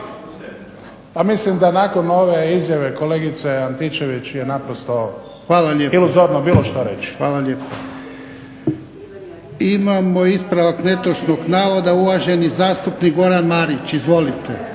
mislim da nakon ove izjave kolegice Antičević je naprosto iluzorno bilo što reći. **Jarnjak, Ivan (HDZ)** Hvala lijepo. Imamo ispravak netočnog navoda. Uvaženi zastupnik Goran Marić, izvolite.